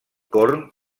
corn